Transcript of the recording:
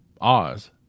Oz